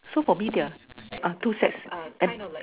so for me there are are two sets are